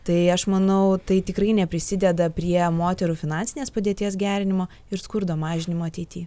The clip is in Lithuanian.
tai aš manau tai tikrai neprisideda prie moterų finansinės padėties gerinimo ir skurdo mažinimo ateity